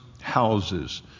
houses